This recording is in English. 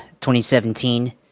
2017